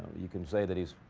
you can say that he's